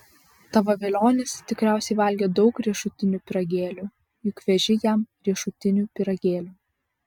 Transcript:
tavo velionis tikriausiai valgė daug riešutinių pyragėlių juk veži jam riešutinių pyragėlių